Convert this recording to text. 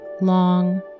long